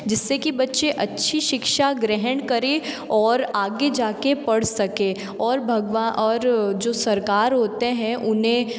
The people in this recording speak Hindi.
जिससे कि बच्चे अच्छी शिक्षा ग्रहण करें और आगे जाके पढ़ सकें और भगवा और जो सरकार होते हैं उन्हें